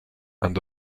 and